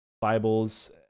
Bibles